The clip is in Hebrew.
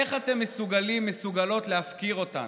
איך אתם מסוגלים ומסוגלות להפקיר אותן?